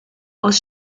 aus